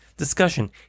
discussion